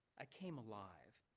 i came alive.